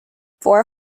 four